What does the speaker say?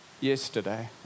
yesterday